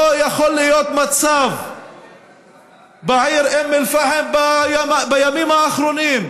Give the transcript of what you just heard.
לא יכול להיות שבעיר אום אל-פאחם בימים האחרונים,